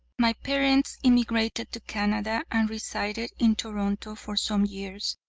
my parents emigrated to canada and resided in toronto for some years,